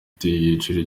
icyiciro